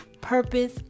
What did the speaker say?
purpose